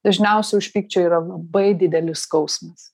dažniausiai už pykčio yra labai didelis skausmas